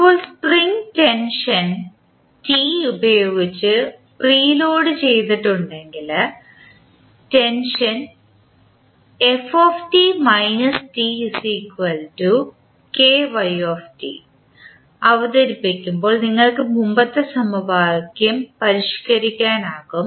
ഇപ്പോൾ spring tension T ഉപയോഗിച്ച് preload ചെയ്തിട്ടുണ്ടെങ്കിൽ ടെൻഷൻ അവതരിപ്പിക്കുമ്പോൾ നിങ്ങൾക്ക് മുമ്പത്തെ സമവാക്യം പരിഷ്കരിക്കാനാകും